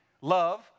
love